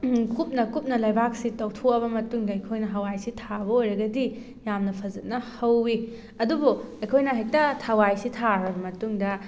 ꯀꯨꯞꯅ ꯀꯨꯞꯅ ꯂꯩꯕꯥꯛꯁꯤ ꯇꯧꯊꯣꯛꯑꯕ ꯃꯇꯨꯡꯗ ꯑꯩꯈꯣꯏꯅ ꯍꯋꯥꯏꯁꯤ ꯊꯥꯕ ꯑꯣꯏꯔꯒꯗꯤ ꯌꯥꯝꯅ ꯐꯖꯅ ꯍꯧꯋꯤ ꯑꯗꯨꯕꯨ ꯑꯩꯈꯣꯏꯅ ꯍꯦꯛꯇ ꯍꯋꯥꯏꯁꯤ ꯊꯥꯔ ꯃꯇꯨꯡꯗ